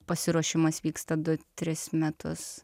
pasiruošimas vyksta du tris metus